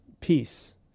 peace